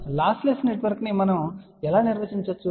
lossless నెట్వర్క్ను మనము ఎలా నిర్వచించాము